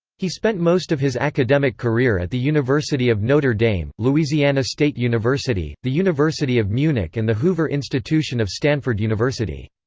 he spent most of his academic career at the university of notre dame, louisiana state university, the university of munich and the hoover institution of stanford university.